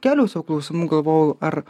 kėliau sau klausimų galvojau ar